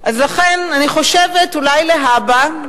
אז לכן אני חושבת, אולי להבא,